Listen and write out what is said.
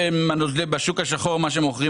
שמוכרים בשוק השחור?